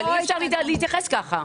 אי אפשר להתייחס כך.